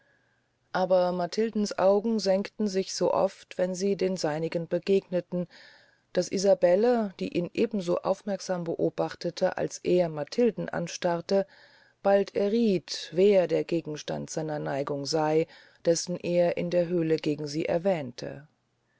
aber matildens augen senkten sich so oft wenn sie den seinigen begegneten daß isabelle die ihn eben so aufmerksam beobachtete als er matilden anstarrte bald errieth wer der gegenstand seiner neigung sey dessen er in der höhle gegen sie erwähnte